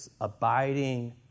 abiding